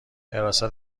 حراست